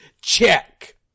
check